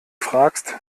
fragst